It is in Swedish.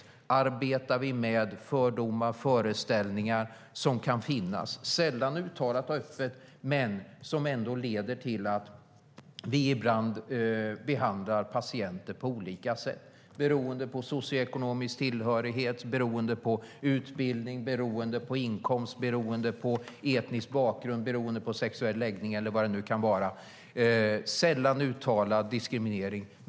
Vi arbetar med fördomar och föreställningar som kan finnas, sällan uttalat och öppet, och som leder till att vi behandlar patienter på olika sätt beroende på socioekonomisk tillhörighet, utbildning, inkomst, etnisk bakgrund, sexuell läggning eller vad det nu kan vara - sällan uttalad diskriminering.